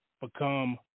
become